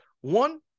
One